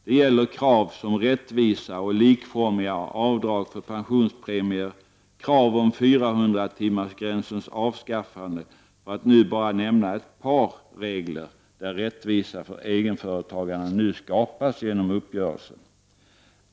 Det gäller krav som rättvisa och likformiga avdrag för pensionspremier, krav om 400-timmarsgränsens avskaffande — för att nu bara nämna ett par regler där rättvisa för egenföretagarna nu skapas genom uppgörelsen.